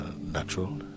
natural